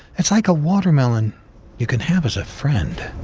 it's like a watermelon you can have as a friend